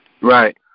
Right